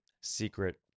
Secret